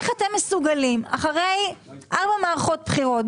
איך אתם מסוגלים אחרי ארבע מערכות בחירות,